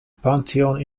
pantheon